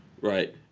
Right